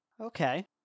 Okay